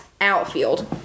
outfield